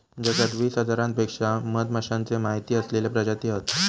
जगात वीस हजारांपेक्षा मधमाश्यांचे माहिती असलेले प्रजाती हत